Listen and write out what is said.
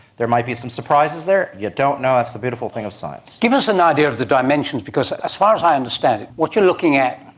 there might be some surprises there, you don't know, that's the beautiful thing of science. give us an idea of the dimensions, because as far as i understand it, what you are looking at